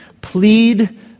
Plead